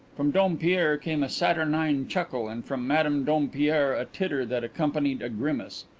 from dompierre came a saturnine chuckle and from madame dompierre a titter that accompanied a grimace.